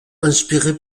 inspiré